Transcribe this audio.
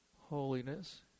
holiness